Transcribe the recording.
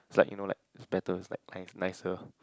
it's like you know like it's better it's like nice nicer